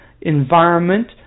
environment